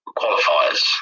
qualifiers